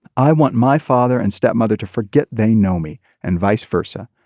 i want my father and stepmother to forget they know me and vice versa.